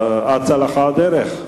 אצה לך הדרך.